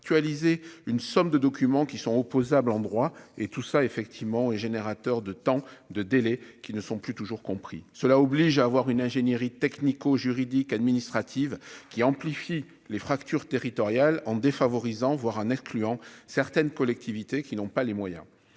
coalisées une somme de documents qui sont opposables en droit et tout ça effectivement et générateur de temps de délai qui ne sont plus toujours compris cela oblige à avoir une ingénierie technico-juridiques, administratives qui amplifie les fractures territoriales en voir un incluant certaines collectivités qui n'ont pas les moyens,